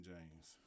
James